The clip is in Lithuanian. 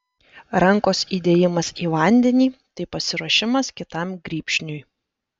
rankos įdėjimas į vandenį tai pasiruošimas kitam grybšniui